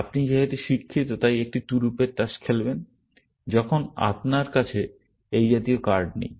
আপনি যেহেতু শিক্ষিত তাই একটি তুরুপের তাস খেলবেন যখন আপনার কাছে এই জাতীয় কার্ড নেই